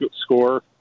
score